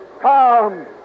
Come